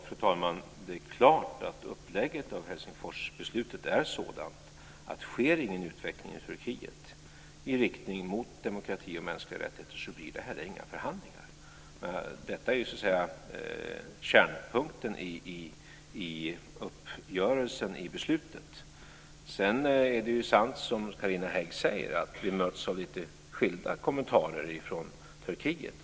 Fru talman! Det är klart att uppläggningen av Helsingforsbeslutet är sådant att om det inte sker en utveckling i Turkiet i riktning mot demokrati och mänskliga rättigheter så blir det inte heller några förhandlingar. Detta är ju så att säga kärnpunkten i uppgörelsen i beslutet. Sedan är det ju sant som Carina Hägg säger, att vi möts av lite skilda kommentarer från Turkiet.